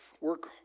Work